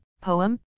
poem